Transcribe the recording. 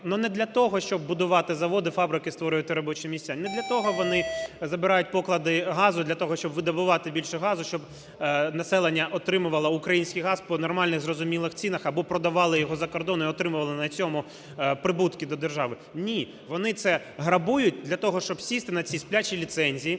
но не для того, щоб будувати заводи, фабрики, створювати робочі місця, не для того вони забирають поклади газу – для того, щоб видобувати більше газу, щоб населення отримувало український газ по нормальних зрозумілих цінах або продавали його за кордон і отримували на цьому прибутки до держави. Ні, вони це грабують для того, щоб сісти на ці "сплячі" ліцензії,